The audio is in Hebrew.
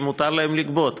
כי מותר להן לגבות.